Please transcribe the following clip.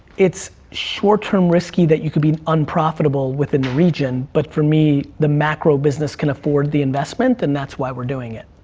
it's short-term risky that you could be unprofitable within the region, but for me, the macro business can afford the investment, and that's why we're doing it.